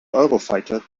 eurofighter